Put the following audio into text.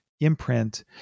imprint